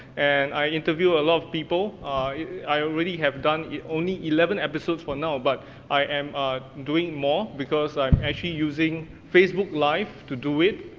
and i interview a lot of people. i already have done only eleven episodes for now, but i am doing more, because i'm actually using facebook live to do it,